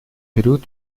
период